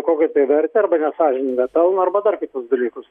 kokią tai vertę arba nesąžiningą pelną arba dar kitus dalykus